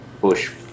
push